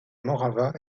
morava